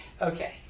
Okay